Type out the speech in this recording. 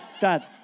dad